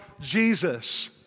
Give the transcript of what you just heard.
Jesus